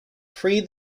free